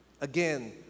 Again